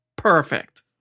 Perfect